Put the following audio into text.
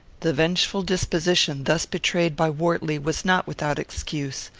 the vengeful disposition thus betrayed by wortley was not without excuse.